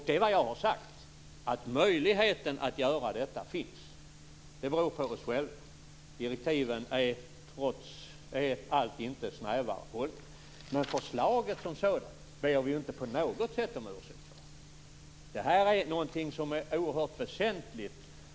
Det jag har sagt är att möjligheten att göra detta finns. Det beror på oss själva. Direktiven är trots allt inte snävare hållna. Förslaget som sådant ber vi däremot inte på något sätt om ursäkt för.